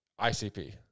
ICP